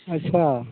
अच्छा